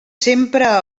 sempre